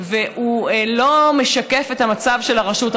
והוא לא משקף את המצב של הרשות.